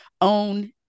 own